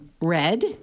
Red